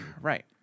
right